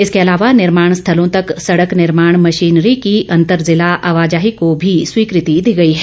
इसके अलावा निर्माण स्थलों तक सड़क निर्माण मशीनरी की अंतर जिला आवाजाही को भी स्वीकृति दी गई है